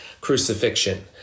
crucifixion